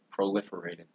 proliferated